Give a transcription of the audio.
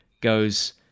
goes